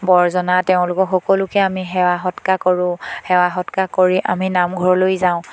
বৰ্জনা তেওঁলোকক সকলোকে আমি সেৱা সৎকাৰ কৰোঁ সেৱা সৎকাৰ কৰি আমি নামঘৰলৈ যাওঁ